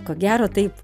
ko gero taip